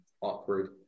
awkward